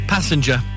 Passenger